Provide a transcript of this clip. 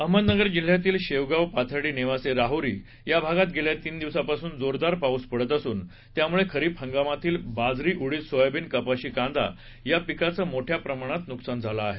अहमदनगर जिल्ह्यातील शेवगाव पाथर्डी नेवासे राहूरी या भागात गेल्या तीन दिवसापासून जोरदार पाऊस पडत असून त्यामुळे खरीप हंगामातील बाजरी उडीद सोयाबीन कपाशी कांदा या पिकाचे मोठ्या प्रमाणात नुकसान झाले आहे